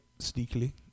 Sneakily